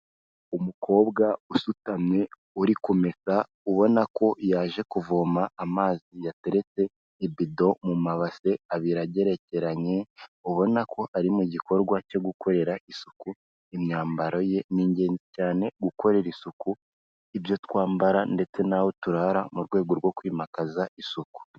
Umukobwa usutamye uri kumesa ubona ko yaje kuvoma amazi, yateretse ibido mu mabase abiri agerekeranye, ubona ko ari mu gikorwa cyo gukorera isuku imyambaro ye. Ni ingenzi cyane gukorera isuku ibyo twambara ndetse n'aho turara mu rwego rwo kwimakaza isuku.